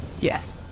yes